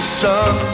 sun